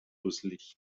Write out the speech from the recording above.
dusselig